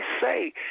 say